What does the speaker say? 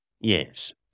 Yes